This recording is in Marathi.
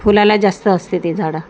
फुलाला जास्त असते ते झाडं